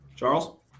Charles